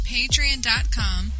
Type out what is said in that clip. Patreon.com